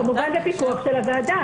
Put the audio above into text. כמובן בפיקוח של הוועדה.